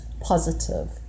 positive